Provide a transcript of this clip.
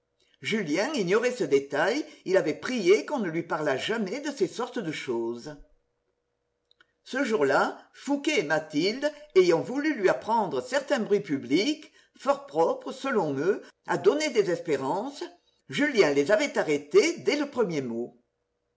julien ignorait ce détail il avait prié qu'on ne lui parlât jamais de ces sortes de choses ce jour-là fouqué et mathilde ayant voulu lui apprendre certains bruits publics fort propres selon eux à donner des espérances julien les avait arrêtés dès le premier mot